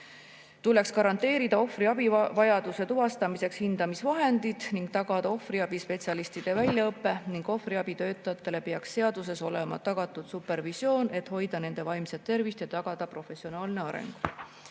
tuleks garanteerida ohvriabivajaduse tuvastamiseks hindamisvahendid ning tagada ohvriabispetsialistide väljaõpe. Ka peaks ohvriabitöötajatele olema seaduses tagatud supervisioon, et hoida nende vaimset tervist ja tagada professionaalne areng.